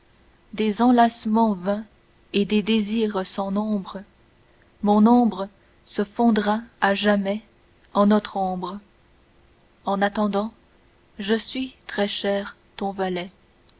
des enlacements vains et des désirs sans nombre mon ombre se fondra à jamais en notre ombre en attendant je suis très chère ton valet